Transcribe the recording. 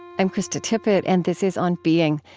i'm krista tippett, and this is on being,